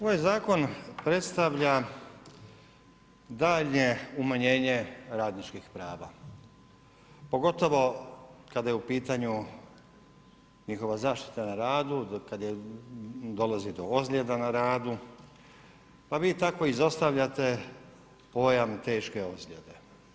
Ovaj zakon predstavlja daljnje umanjenje radničkih prava, pogotovo kada je u pitanju njihova zaštita na radu, kad je dolazi do ozljeda na radu pa vi tako izostavljate pojam teške ozljede.